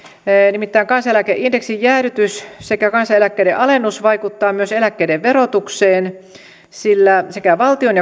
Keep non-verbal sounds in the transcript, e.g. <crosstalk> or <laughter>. nimittäin kansaneläkeindeksin jäädytys sekä kansaneläkkeiden alennus vaikuttavat myös eläkkeiden verotukseen sillä sekä valtion <unintelligible>